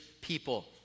people